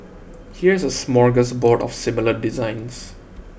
here's a smorgasbord of similar designs